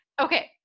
okay